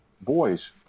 Boys